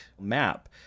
map